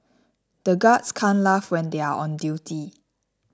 the guards can't laugh when they are on duty